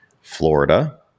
Florida